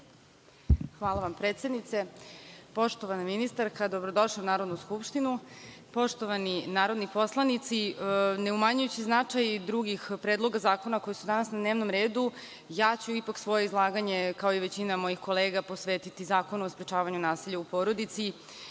Hvala vam, predsednice. Poštovana ministarka, dobrodošla u Narodnu skupštinu. Poštovani narodni poslanici, ne umanjujući značaj drugih predloga zakona koji su danas na dnevnom redu, ja ću ipak svoje izlaganje, kao i većina mojih kolega, posvetiti Zakonu o sprečavanju nasilja u porodici,